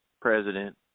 president